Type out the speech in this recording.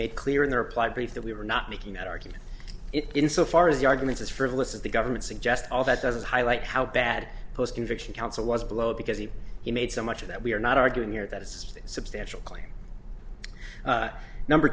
made clear in their applied brief that we were not making that argument it in so far as the argument is frivolous of the government suggest all that doesn't highlight how bad post conviction counsel was below because he he made so much of that we are not arguing here that it's a substantial claim number